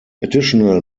additional